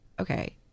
okay